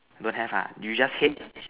don't have ah you just head